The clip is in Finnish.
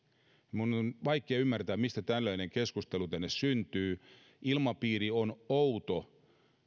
minun on vaikea ymmärtää mistä tällainen keskustelu tänne syntyy ilmapiiri on outo